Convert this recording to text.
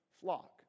flock